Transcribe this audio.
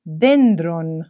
dendron